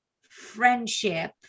Friendship